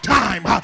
time